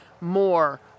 more